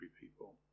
people